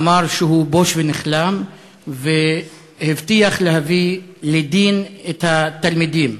אמר שהוא בוש ונכלם והבטיח להביא לדין את התלמידים.